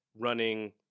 running